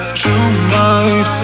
tonight